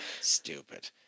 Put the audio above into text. Stupid